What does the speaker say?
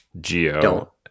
Geo